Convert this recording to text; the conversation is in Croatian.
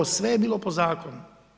Sve je bilo po zakonu.